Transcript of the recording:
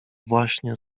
właśnie